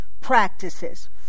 practices